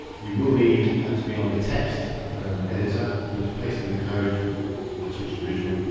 you will need to be on the text editor and just paste in the code, and i switch to visual.